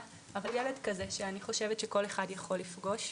אבל ילד כזה שאני חושבת שכל אחד יכול לפגוש.